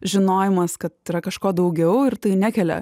žinojimas kad yra kažko daugiau ir tai nekelia